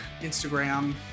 Instagram